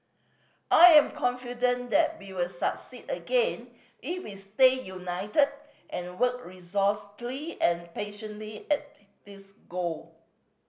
I am confident that we will succeed again if we stay united and work and patiently at this goal